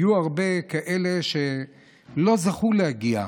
היו הרבה כאלה שלא זכו להגיע,